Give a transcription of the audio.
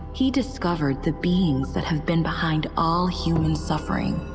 he discovered the beings that have been behind all human suffering.